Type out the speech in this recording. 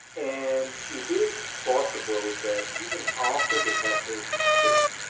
and it is possible that even after they have made mistakes,